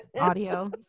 audio